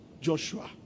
Joshua